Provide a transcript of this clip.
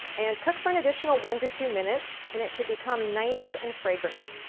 and cook for an additional one to two minutes and it should become nice and fragrant.